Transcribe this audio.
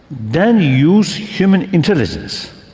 then use human intelligence,